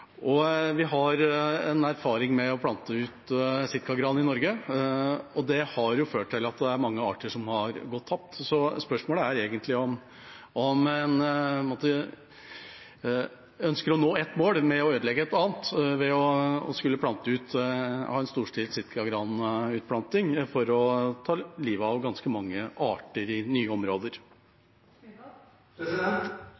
Vi har erfaring med å plante ut sitkagran i Norge. Det har ført til at mange arter har gått tapt. Spørsmålet er egentlig om en ønsker å nå ett mål ved å ødelegge et annet – å ha en storstilt sitkagranutplanting og ta livet av ganske mange arter i nye